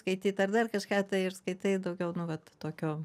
skaityt ar dar kažką tai ir skaitai daugiau nu vat tokio